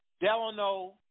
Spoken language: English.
Delano